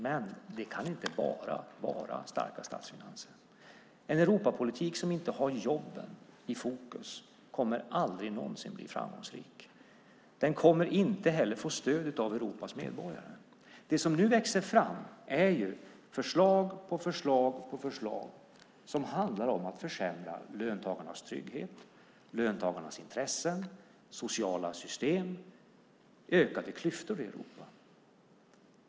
Men det kan inte bara vara starka statsfinanser. En Europapolitik som inte har jobben i fokus kommer aldrig någonsin att bli framgångsrik. Den kommer inte heller att få stöd av Europas medborgare. Det som nu växer fram är ju förslag på förslag på förslag som handlar om att försämra. Det handlar om löntagarnas trygghet, löntagarnas intressen, sociala system och ökade klyftor i Europa.